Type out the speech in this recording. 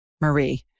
Marie